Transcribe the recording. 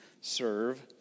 serve